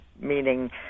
meaning